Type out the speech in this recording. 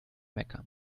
meckern